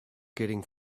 getting